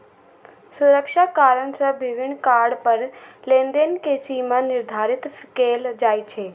सुरक्षा कारण सं विभिन्न कार्ड पर लेनदेन के सीमा निर्धारित कैल जाइ छै